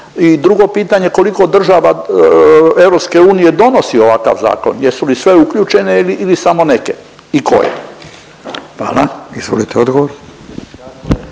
I drugo pitanje koliko država EU donosi ovakav zakon? Jesu li sve uključene ili samo neke i koje? **Radin, Furio